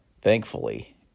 thankfully